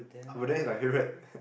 is my favourite